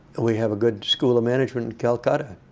we have a good school of management in calcutta,